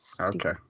Okay